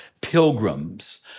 pilgrims